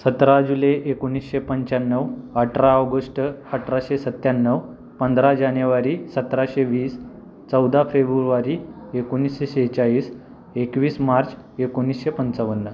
सतरा जुलै एकोणीसशे पंच्याण्णव अठरा ऑगस्ट अठराशे सत्त्याण्णव पंधरा जानेवारी सतराशे वीस चौदा फेब्रुवारी एकोणीसशे शेहेचाळीस एकवीस मार्च एकोणीसशे पंचावन्न